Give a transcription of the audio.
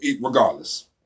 regardless